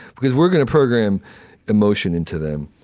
because we're gonna program emotion into them.